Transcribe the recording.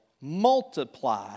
multiply